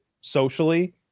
socially